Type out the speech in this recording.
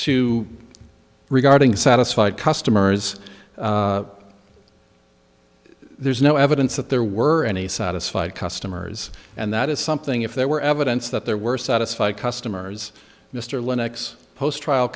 two regarding satisfied customers there's no evidence that there were any satisfied customers and that is something if there were evidence that there were satisfied customers mr linux post trial